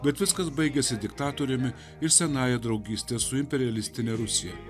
bet viskas baigėsi diktatoriumi ir senąja draugyste su imperialistine rusija